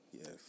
Yes